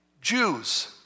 Jews